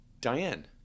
diane